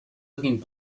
looking